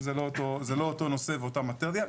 אותו נושא ואותה מטריה.